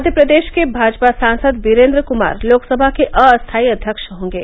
मध्य प्रदेश के भाजपा सांसद वीरेंद्र कुमार लोकसभा के अस्थाई अध्यक्ष होंगे